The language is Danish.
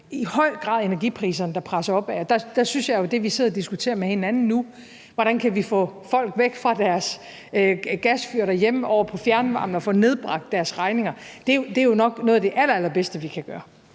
i høj grad energipriserne, der presser det op. Der synes jeg jo, at det, vi sidder og diskuterer med hinanden nu, altså hvordan vi kan få folk væk fra deres gasfyr derhjemme og over på fjernvarmen og få nedbragt deres regninger, nok er noget af det allerbedste, vi kan gøre.